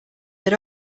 that